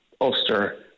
Ulster